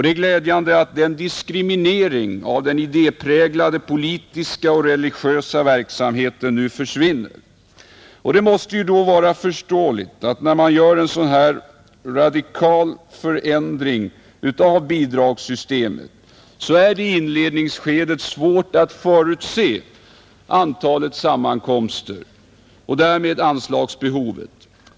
Det är glädjande att diskrimineringen av den idépräglade politiska och religiösa verksamheten nu försvinner. När man vidtar en sådan radikal förändring av bidragssystemet är det givetvis i inledningsskedet svårt att förutse antalet sammankomster och därmed anslagsbehovet.